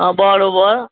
હા બરોબર